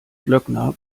glöckner